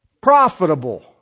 profitable